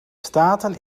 staten